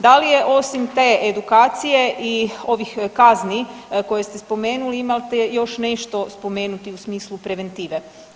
Dali je osim te edukacije i ovih kazni koje ste spomenuli, imate li još nešto spomenuti u smislu preventive?